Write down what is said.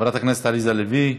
חברת הכנסת עליזה לביא.